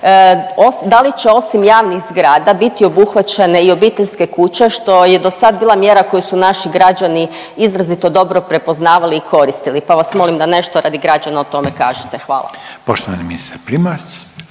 da li će osim javnih zgrada biti obuhvaćene i obiteljske kuće što je dosad bila mjera koju su naši građani izrazito dobro prepoznavali i koristili, pa vas molim da nešto radi građana o tome kažete, hvala. **Reiner,